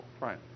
right